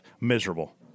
Miserable